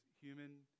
human